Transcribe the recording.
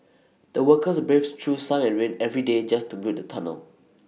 the workers braved through sun and rain every day just to build the tunnel